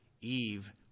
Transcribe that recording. Eve